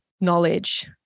knowledge